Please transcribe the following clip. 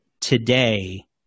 Today